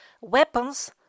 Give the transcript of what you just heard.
weapons